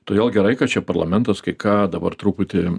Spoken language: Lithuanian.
todėl gerai kad čia parlamentas kai ką dabar truputį